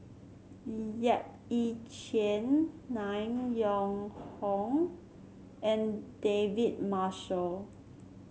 Yap Ee Chian Nan Yong Hong and David Marshall